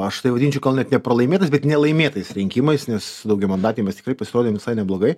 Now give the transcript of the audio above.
aš tai vadinčiau gal net ne pralaimėtais bet nelaimėtais rinkimais nes daugiamandatėj mes tikrai pasirodėm visai neblogai